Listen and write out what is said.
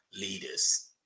leaders